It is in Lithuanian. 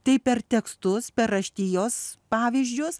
tai per tekstus per raštijos pavyzdžius